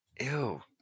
ew